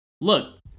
Look